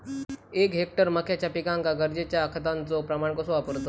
एक हेक्टर मक्याच्या पिकांका गरजेच्या खतांचो प्रमाण कसो वापरतत?